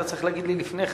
היית צריך להגיד לי לפני כן,